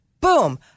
Boom